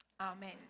Amen